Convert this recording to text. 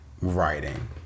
writing